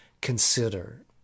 consider